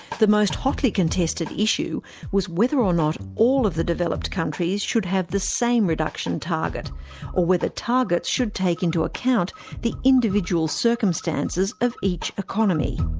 most hotly contested issue was whether or not all of the developed countries should have the same reduction target or whether targets should take into account the individual circumstances of each economy.